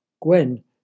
Gwen